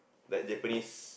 like Japanese